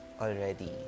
already